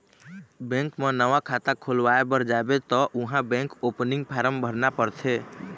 bank म नवा खाता खोलवाए बर जाबे त उहाँ बेंक ओपनिंग फारम भरना परथे